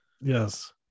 Yes